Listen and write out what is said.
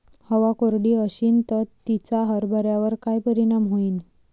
हवा कोरडी अशीन त तिचा हरभऱ्यावर काय परिणाम होईन?